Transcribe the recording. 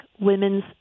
women's